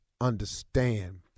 understand